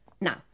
Now